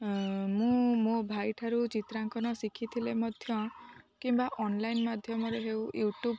ମୁଁ ମୋ ଭାଇଠାରୁ ଚିତ୍ରାଙ୍କନ ଶିଖିଥିଲେ ମଧ୍ୟ କିମ୍ବା ଅନଲାଇନ୍ ମାଧ୍ୟମରେ ହେଉ ୟୁଟ୍ୟୁବ୍